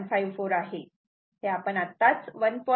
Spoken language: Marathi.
154 आहे हे आपण आत्ताच 1